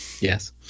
Yes